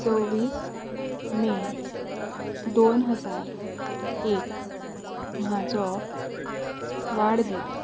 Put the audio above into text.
सव्वीस मे दोन हजार एक म्हजो वाडदीस